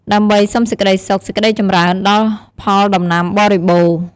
ដើម្បី សុំសេចក្តីសុខ សេចក្តីចម្រើន ដល់ផលដំណាំបរិបូរណ៍។